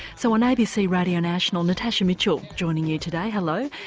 so on abc radio national natasha mitchell joining you today, hello,